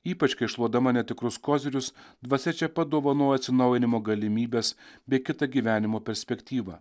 ypač kai šluodama netikrus kozirius dvasia čia padovanojo atsinaujinimo galimybes bei kitą gyvenimo perspektyvą